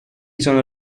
sono